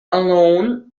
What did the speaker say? alone